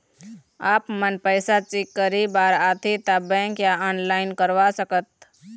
आपमन पैसा चेक करे बार आथे ता बैंक या ऑनलाइन करवा सकत?